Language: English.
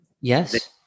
Yes